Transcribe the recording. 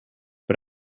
but